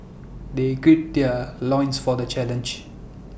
they gird their loins for the challenge